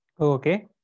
Okay